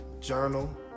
journal